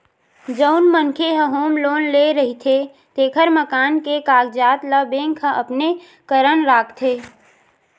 जउन मनखे ह होम लोन ले रहिथे तेखर मकान के कागजात ल बेंक ह अपने करन राखथे